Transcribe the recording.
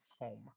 home